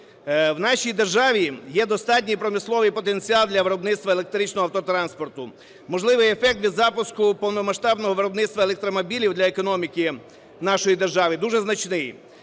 В нашій державі є достатній промисловий потенціал для виробництва електричного автотранспорту. Можливий ефект від запуску повномасштабного виробництва електромобілів для економіки нашої держави дуже значний.